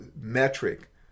metric